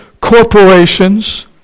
corporations